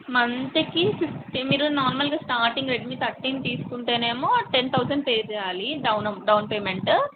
మంత్కి ఫీఫ్టీ మీరు నార్మల్గా స్టార్టింగ్ రెడ్మీ థర్టీన్ తీసుకుంటేనేమో టెన్ థౌజండ్ పే చేయాలి డౌన్ పేమెంట్